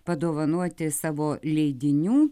padovanoti savo leidinių